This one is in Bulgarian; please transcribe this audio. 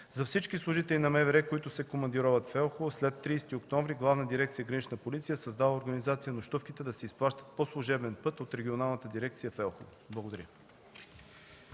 За всички служители на МВР, които се командироват в Елхово след 30 октомври, Главна дирекция „Гранична полиция“ е създала организация нощувките да се изплащат по служебен път от Регионалната дирекция в Елхово. Благодаря.